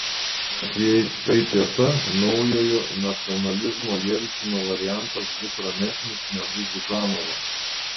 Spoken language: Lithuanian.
net jei tai tiesa naujojo nacionalizmo jelcino variantas bus ramesnis negu ziuganovo